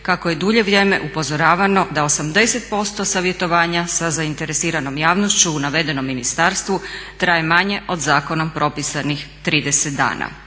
kako je dulje vrijeme upozoravano da 80% savjetovanja sa zainteresiranom javnošću u navedenom ministarstvu traje manje od zakonom propisanih 30 dana.